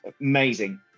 amazing